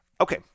Okay